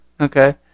Okay